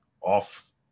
off